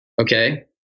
okay